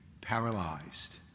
Paralyzed